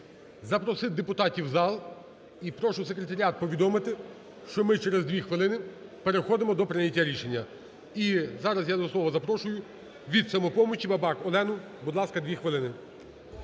запросити депутатів в зал. І прошу секретаріат повідомити, що ми через 2 хвилин переходимо до прийняття рішення. І зараз я до слова запрошую від "Самопомочі" Бабак Олену. Будь ласка, 2 хвилини.